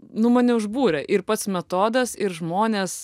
nu mane užbūrė ir pats metodas ir žmonės